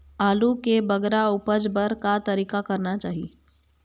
आलू के बगरा उपज बर का तरीका करना चाही?